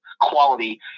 quality